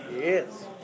Yes